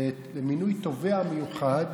למינוי תובע מיוחד